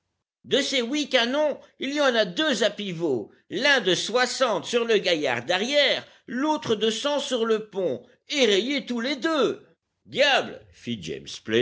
de ces huit canons il y en a deux à pivots l'un de soixante sur le gaillard d'arrière l'autre de cent sur le pont et rayés tous les deux diable fit james